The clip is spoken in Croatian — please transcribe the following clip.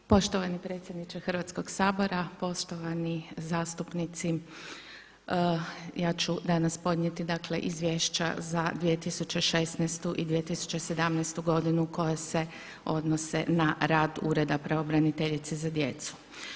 Poštovani predsjedniče Hrvatskog sabora, poštovani zastupnici, ja ću danas podnijeti Izvješća za 2016. i 2017. g. koje se odnose na rad ureda Pravobraniteljice za djecu.